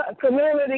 Community